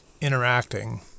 interacting